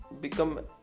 become